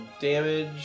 damage